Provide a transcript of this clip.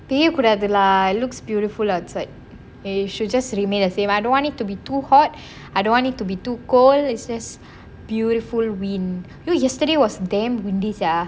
பெய்ய கூடாது:peiya koodathu lah it looks beautiful outside a should just remain the same I don't want it to be too hot I don't want it to be too cold it's just beautiful wind yesterday was damn windy sia